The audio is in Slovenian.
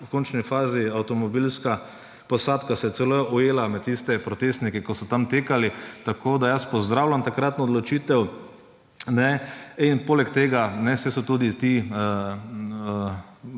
v končni fazi, ena avtomobilska posadka se je celo ujela med tiste protestnike, ko so tam tekali, tako da pozdravljam takratno odločitev. Poleg tega, saj so tudi ti